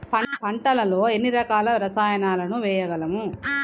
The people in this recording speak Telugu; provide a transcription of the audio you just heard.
పంటలలో ఎన్ని రకాల రసాయనాలను వేయగలము?